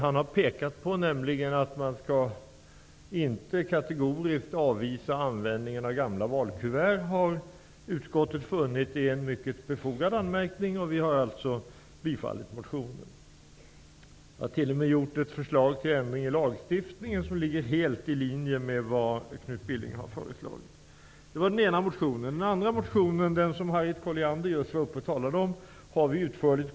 Han har pekat på att man inte kategoriskt skall avvisa användningen av gamla valkuvert. Utskottet har funnit att det är en mycket befogad anmärkning. Utskottet tillstyrker motionen. Vi har t.o.m. gjort ett förslag till ändring i lagstiftningen, som ligger helt i linje med vad Knut Billing har föreslagit. Den andra motionen, som Harriet Colliander talade om, har vi kommenterat utförligt.